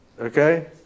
okay